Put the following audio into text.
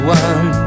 one